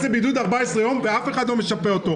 לבידוד 14 יום ואף אחד לא משפה אותו.